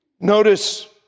Notice